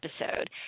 episode